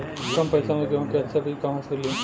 कम पैसा में गेहूं के अच्छा बिज कहवा से ली?